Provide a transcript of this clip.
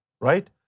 right